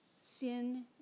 sin